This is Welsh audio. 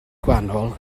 gwahanol